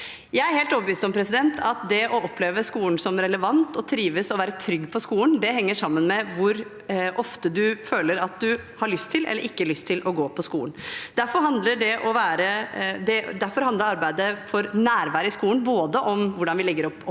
Jeg er helt overbevist om at det å oppleve skolen som relevant og trives og være trygg på skolen, henger sammen med hvor ofte man føler at man har lyst til eller ikke lyst til å gå på skolen. Derfor handler arbeidet for nærvær i skolen både om hvordan vi legger opp opplæringen